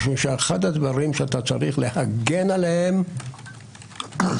אחד הדברים שאתה צריך להגן עליהם בזכויות